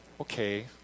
okay